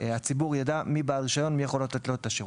הציבור יידע מי בעל רישיון ויכול לתת לו את השירות.